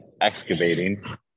excavating